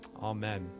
amen